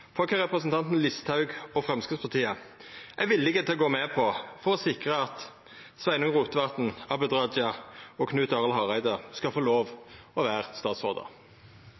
for kva representanten Listhaug og Framstegspartiet er villige til å gå med på for å sikra at Sveinung Rotevatn, Abid Raja og Knut Arild Hareide skal få lov til å